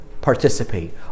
participate